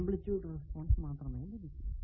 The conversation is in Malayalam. ആംപ്ലിറ്റൂഡ് റെസ്പോൺസ് മാത്രമേ ലഭിക്കൂ